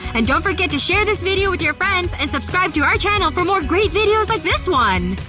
and don't forget to share this video with your friends and subscribe to our channel for more great videos like this one!